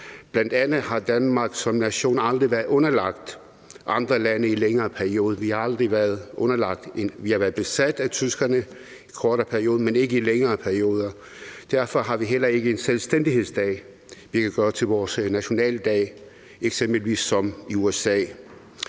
Bl.a. har Danmark som nation aldrig været underlagt andre lande i længere perioder. Vi har været besat af tyskerne i en kortere periode, men ikke i længere perioder. Derfor har vi heller ikke en selvstændighedsdag, vi kan gøre til vores nationaldag, som eksempelvis i USA.